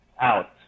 out